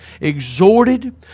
exhorted